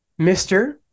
mr